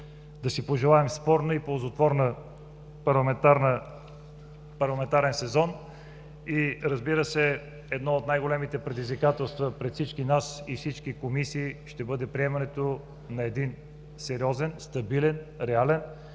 Да си пожелаем спорен и ползотворен парламентарен сезон и, разбира се, едно от най-големите предизвикателства пред всички нас и всички комисии ще бъде приемането на един сериозен, стабилен, реален